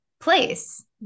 place